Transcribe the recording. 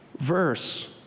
Verse